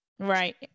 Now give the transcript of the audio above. Right